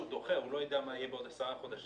דוחה הוא לא יודע מה יהיה בעוד 10 חודשים.